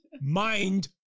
Mind